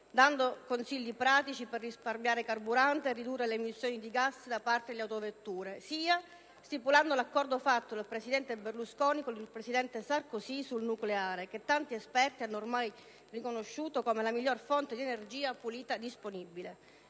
dando consigli pratici per risparmiare carburante e ridurre le emissioni di gas da parte delle autovetture, sia stipulando l'accordo fatto dal presidente Berlusconi con il presidente Sarkozy sul nucleare, che tanti esperti hanno ormai riconosciuto come la migliore fonte di energia pulita disponibile.